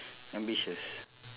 ambitious